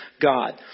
God